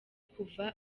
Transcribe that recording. kuva